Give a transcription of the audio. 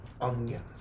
Onions